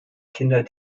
kinder